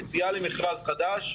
יציאה למכרז חדש,